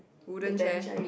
wooden chair